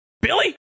Billy